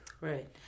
Right